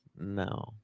No